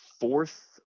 fourth